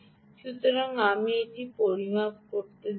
সুতরাং আপনি এটি পরিমাপ করা হয় দেখুন